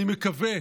אני מקווה